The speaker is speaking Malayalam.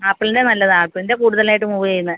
ആപ്പിൾൻ്റെ നല്ലതാ ആപ്പിൾൻ്റെ കൂടുതലായിട്ട് മൂവ് ചെയ്യുന്നത്